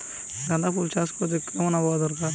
গাঁদাফুল চাষ করতে কেমন আবহাওয়া দরকার?